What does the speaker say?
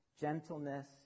gentleness